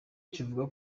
kivuga